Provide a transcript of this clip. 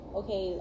okay